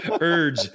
urge